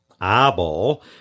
eyeball